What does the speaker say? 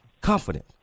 confident